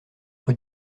rue